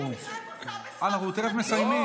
אנחנו תכף מסיימים.